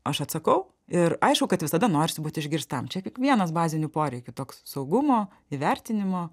aš atsakau ir aišku kad visada norisi būti išgirstam čia kiekvienas bazinių poreikių toks saugumo įvertinimo